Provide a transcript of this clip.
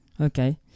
okay